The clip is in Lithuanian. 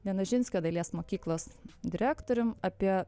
vienožinskio dailės mokyklos direktorium apie